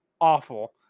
awful